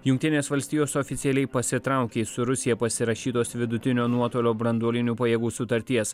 jungtinės valstijos oficialiai pasitraukė iš su rusija pasirašytos vidutinio nuotolio branduolinių pajėgų sutarties